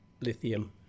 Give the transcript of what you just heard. lithium